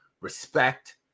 respect